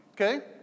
okay